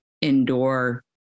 indoor